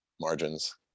margins